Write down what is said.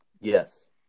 Yes